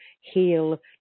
heal